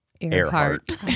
Earhart